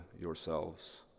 yourselves